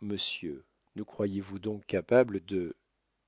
monsieur nous croyez-vous donc capables de